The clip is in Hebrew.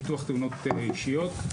ביטוח תאונות אישיות,